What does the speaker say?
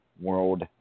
world